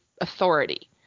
authority